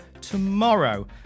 tomorrow